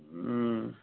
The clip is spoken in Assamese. ওম